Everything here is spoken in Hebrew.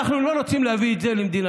אנחנו לא רוצים להביא את זה למדינתנו.